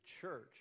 church